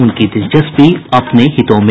उनकी दिलचस्पी अपने हितों में